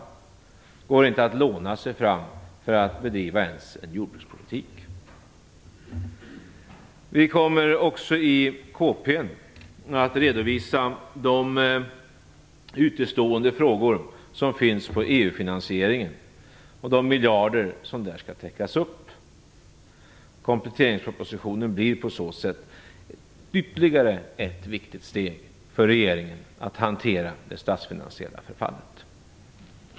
Det går inte att låna sig fram för att bedriva ens en jordbrukspolitik. Vi kommer också i KP:n att redovisa de utestående frågor som finns vad gäller EU-finansieringen och de miljarder som skall täckas upp. Kompletteringspropositionen blir på så sätt ytterligare ett viktigt steg för regeringen i arbetet med att hantera det statsfinansiella förfallet.